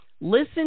listen